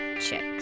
Chicks